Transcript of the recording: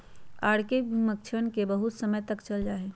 R K की मक्षिणवन भी बहुत समय तक चल जाहई